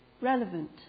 relevant